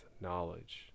knowledge